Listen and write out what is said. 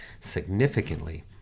significantly